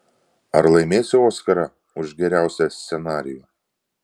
ar laimėsiu oskarą už geriausią scenarijų